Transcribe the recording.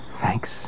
Thanks